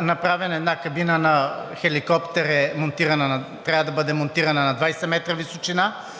направен – една кабина на хеликоптер трябва да бъде монтирана на 20 метра височина.